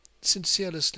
Sincerely